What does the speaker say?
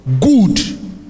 Good